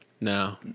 No